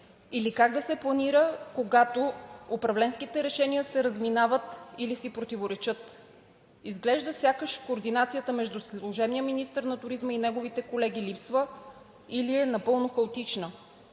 или как да се планира, когато управленските решения се разминават или си противоречат. Изглежда сякаш координацията между служебния министър на туризма и неговите колеги липсва или е напълно хаотична.